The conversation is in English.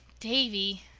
davy!